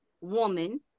woman